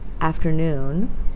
afternoon